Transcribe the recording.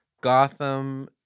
Gotham